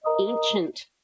ancient